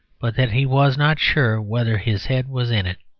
but that he was not sure whether his head was in it.